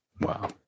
Wow